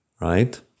right